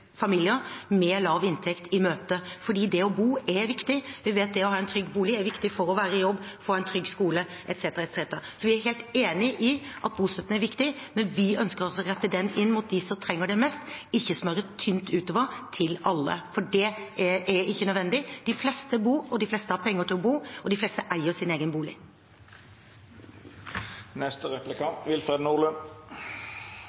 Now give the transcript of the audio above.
familier med lav inntekt i møte, fordi det å bo er viktig. Vi vet at det å ha en trygg bolig er viktig for å være i jobb, for en trygg skole etc. Så vi er helt enig i at bostøtten er viktig, men vi ønsker altså å rette den inn mot dem som trenger det mest, ikke smøre den tynt utover til alle, for det er ikke nødvendig. De fleste bor, de fleste har penger til å bo, og de fleste eier sin egen bolig.